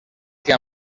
que